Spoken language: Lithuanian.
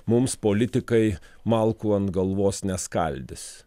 mums politikai malkų ant galvos neskaldys